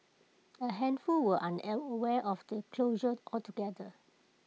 A handful were unaware of the closure altogether